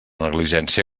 negligència